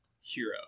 hero